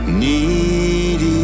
need